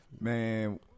man